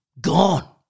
Gone